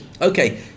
okay